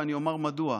ואני אומר מדוע.